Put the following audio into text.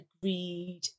agreed